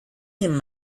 him